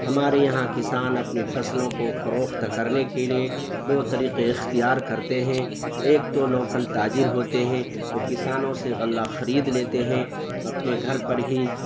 ہمارے یہاں کسان اپنی فصلوں کو فروخت کرنے کے لیے دو طریقے اختیار کرتے ہیں ایک تو لوکل تاجر ہوتے ہیں جو کسانوں سے غلہ خرید لیتے ہیں اپنے گھر پر ہی